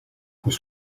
was